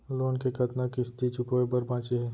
Loan के कतना किस्ती चुकाए बर बांचे हे?